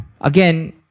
again